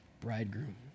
bridegroom